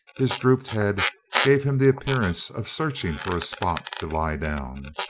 his drooped head gave him the appearance of searching for a spot to lie down.